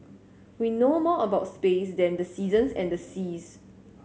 we know more about space than the seasons and the seas